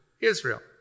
Israel